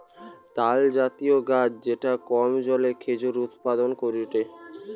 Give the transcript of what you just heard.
তালজাতীয় গাছ যেটা কম জলে খেজুর উৎপাদন করেটে